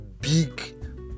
big